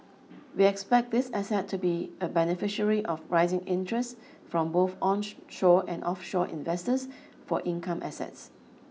we expect this asset to be a beneficiary of rising interest from both on shore and offshore investors for income assets